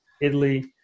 Italy